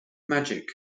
magic